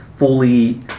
fully